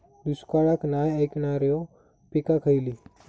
दुष्काळाक नाय ऐकणार्यो पीका खयली?